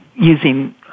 using